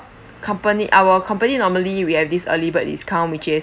company our company normally we have this early bird discount which is